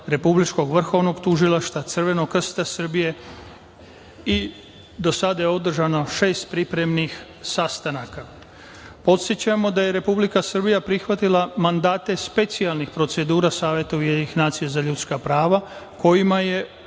Republičkog vrhovnog tužilaštva, Crvenog krsta Srbije i do sada je održano šest pripremnih sastanaka. Podsećamo da je Republika Srbija prihvatila mandate specijalnih procedura Saveta UN za ljudska prava, kojima je uputila